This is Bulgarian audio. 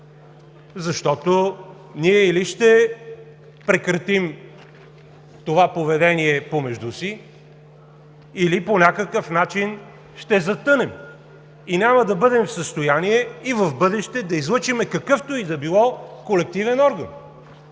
защото ние или ще прекратим това поведение помежду си, или по някакъв начин ще затънем и няма да бъдем в състояние и в бъдеще да излъчим какъвто и да било колективен орган.